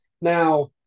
Now